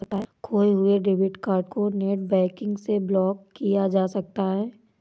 खोये हुए debit card को नेटबैंकिंग से ब्लॉक किया जा सकता है